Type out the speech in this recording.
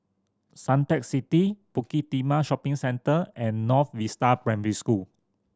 Suntec City Bukit Timah Shopping Centre and North Vista Primary School